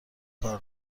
کار